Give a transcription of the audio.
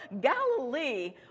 Galilee